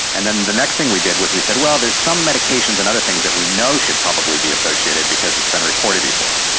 and then the next thing we did was we said, well, there are some medications and other things that we know should probably be associated because it's been reported before.